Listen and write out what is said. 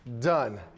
Done